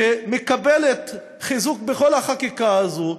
שמקבלת חיזוק בכל החקיקה הזו,